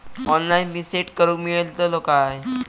Online pin set करूक मेलतलो काय?